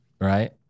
Right